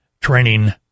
Training